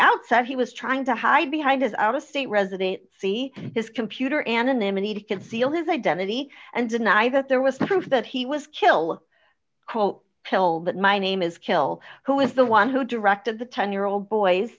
outset he was trying to hide behind as out of state resonate see his computer anonymity to conceal his identity and deny that there was proof that he was kill quote kill that my name is kill who is the one who directed the ten year old boy